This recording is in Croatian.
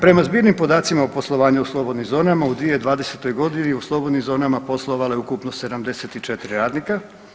Prema zbirnim podacima o poslovanju u slobodnim zonama u 2020. godini u slobodnim zonama poslovale ukupno 74 radnika.